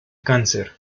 cáncer